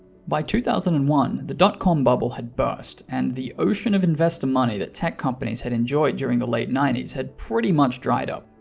by two thousand and one, the dot-com bubble had burst and the ocean of investor money that tech companies had enjoyed during the late ninety s had pretty much dried up.